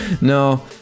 No